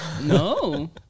No